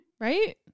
Right